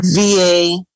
va